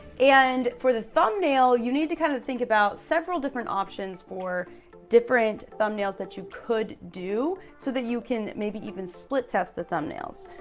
and for the thumbnail, you need to kind of think about several different options for different thumbnails that you could do so that you can maybe even split test the thumbnails.